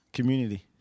Community